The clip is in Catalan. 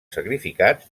sacrificats